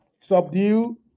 subdue